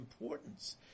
importance